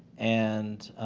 and